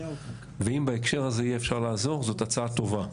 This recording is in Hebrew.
אם בהקשר הזה יהיה אפשר לעזור, זאת הצעה טובה.